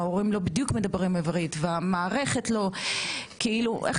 ההורים לא בדיוק מדברים עברית והמערכת כאילו איך